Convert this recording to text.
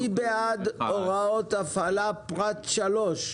מי בעד אישור פרט 3,